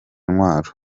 intwaro